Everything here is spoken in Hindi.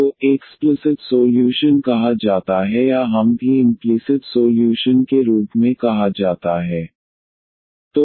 तो एक्स्प्लिसिट सोल्यूशन कहा जाता है या हम भी इम्प्लीसिट सोल्यूशन के रूप में कहा जाता है